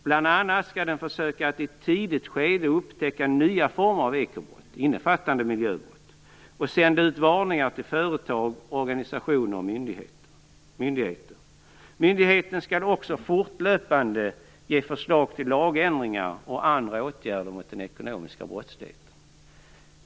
Bl.a. skall den försöka att i ett tidigt skede upptäcka nya former av ekobrott innefattande miljöbrott samt sända ut varningar till företag, organisationer och myndigheter. Myndigheten skall också fortlöpande ge förslag till lagändringar och andra åtgärder för bekämpning av den ekonomiska brottsligheten.